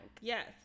Yes